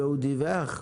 והוא דיווח?